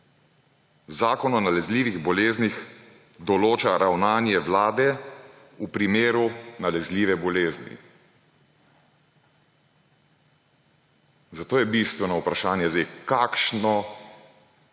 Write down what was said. Zakon o nalezljivih boleznih določa ravnanje Vlade v primeru nalezljive bolezni. Zato je zdaj bistveno vprašanje, kakšno